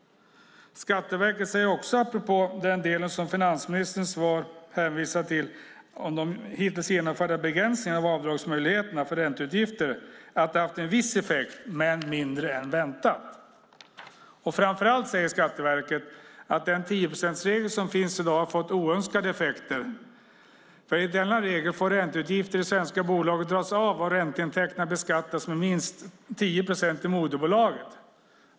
De hittills genomförda begränsningarna av avdragsmöjligheterna för ränteutgifter, som finansministerns svar hänvisar till, har enligt Skatteverket haft en viss effekt, men mindre än väntat. Framför allt säger Skatteverket att den tioprocentsregel som finns i dag har fått oönskade effekter. Enligt denna regel får ränteutgifter i svenska bolag dras av om ränteintäkterna beskattas med minst 10 procent i moderbolaget.